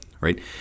right